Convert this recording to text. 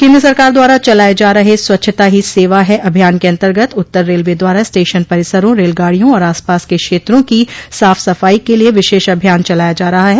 केन्द्र सरकार द्वारा चलाय जा रहे स्वच्छता ही सेवा है अभियान के अर्न्तगत उत्तर रेलवे द्वारा स्टेशन परिसरों रेलगाड़ियों और आस पास के क्षेत्रों की साफ सफाई के लिये विशेष अभियान चलाया जा रहा है